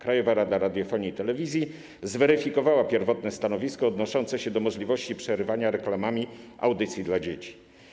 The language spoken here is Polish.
Krajowa Rada Radiofonii i Telewizji zweryfikowała pierwotne stanowisko odnoszące się do możliwości przerywania reklamami audycji dla dzieci.